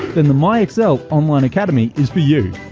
then the my excel online academy is for you.